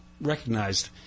recognized